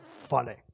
funny